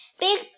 Big